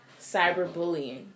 cyberbullying